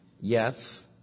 Yes